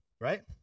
Right